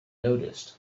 noticed